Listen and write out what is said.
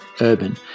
urban